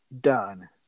done